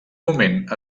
moment